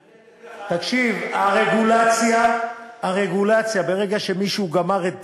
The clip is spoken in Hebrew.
תקשיב, הרגולציה, ברגע שמישהו גמר את